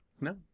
no